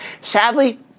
Sadly